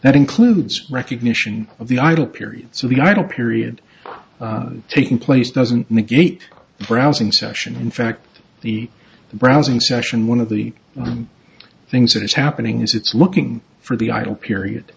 that includes recognition of the idle period so the idle period taking place doesn't negate the browsing session in fact the browsing session one of the things that is happening is it's looking for the idle period